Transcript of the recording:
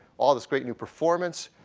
all these great new performance,